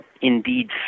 indeed